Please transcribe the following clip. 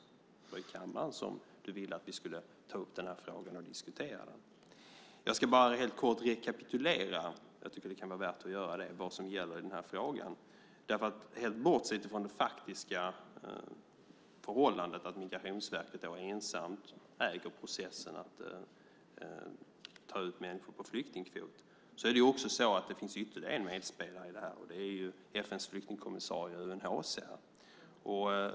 Det var i kammaren du ville att vi skulle ta upp den här frågan och diskutera den. Jag tycker det kan vara värt att helt kort rekapitulera vad som gäller i frågan. Helt bortsett från det faktiska förhållandet - att Migrationsverket ensamt äger processen att ta ut människor på flyktingkvoten - finns också ytterligare en medspelare i detta, och det är FN:s flyktingskommissarie i UNHCR.